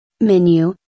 Menu